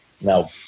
Now